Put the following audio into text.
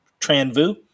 Tranvu